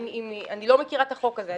אני לא מכירה את החוק הזה.